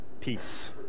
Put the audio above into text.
peace